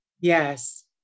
Yes